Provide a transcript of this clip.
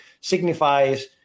signifies